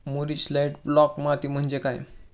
मूरिश light black माती म्हणजे काय?